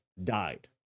died